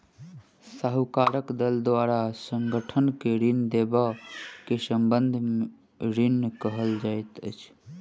साहूकारक दल द्वारा संगठन के ऋण देबअ के संबंद्ध ऋण कहल जाइत अछि